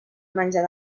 menjar